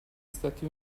stati